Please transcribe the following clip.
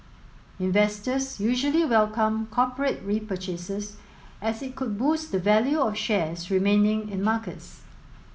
investors usually welcome corporate repurchases as it could boost the value of shares remaining in markets